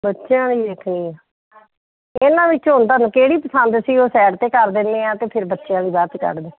ਬੱਚਿਆਂ ਲਈ ਵੇਖਣੀ ਹੈ ਇਹਨਾਂ ਵਿੱਚੋਂ ਹੁਣ ਤੁਹਾਨੂੰ ਕਿਹੜੀ ਪਸੰਦ ਸੀ ਉਹ ਸਾਈਡ 'ਤੇ ਕਰ ਦਿੰਦੇ ਹਾਂ ਅਤੇ ਫਿਰ ਬੱਚਿਆਂ ਲਈ ਬਾਅਦ 'ਚ ਕੱਢਦੇ